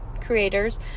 creators